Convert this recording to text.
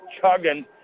chugging